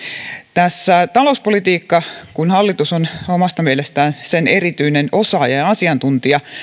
tässä talouspolitiikassa kun hallitus on omasta mielestään sen erityinen osaaja ja asiantuntija